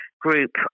group